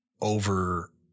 over